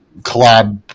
collab